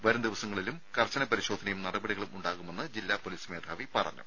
വരും ദിവസങ്ങളിലും കർശന പരിശോധനയും നടപടികളും ഉണ്ടാവുമെന്ന് ജില്ലാ പൊലീസ് മേധാവി പറഞ്ഞു